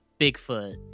Bigfoot